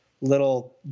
little